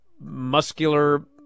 Muscular